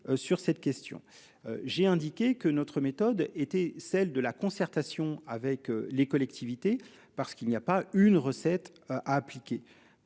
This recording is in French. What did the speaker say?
sur cette question. J'ai indiqué que notre méthode était celle de la concertation avec les collectivités. Parce qu'il n'y a pas une recette à appliquer.